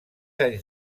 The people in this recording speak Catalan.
anys